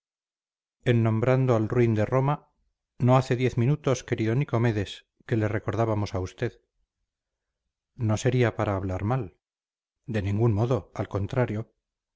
en nombrando al ruin de roma no hace diez minutos querido nicomedes que le recordábamos a usted no sería para hablar mal de ningún modo al contrario